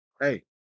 Hey